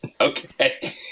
Okay